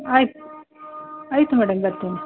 ಆಯ್ತು ಆಯಿತು ಮೇಡಮ್ ಬರ್ತೀನಿ